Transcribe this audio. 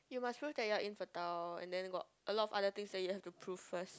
you must prove that you're infertile and then got a lot of other things that you have to prove first